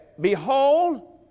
Behold